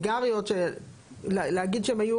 ברגע שאתה מפשט רגולציה ואתה מעביר את זה ליצרן וליבואן,